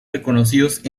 reconocidos